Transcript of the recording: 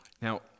Now